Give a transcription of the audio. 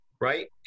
right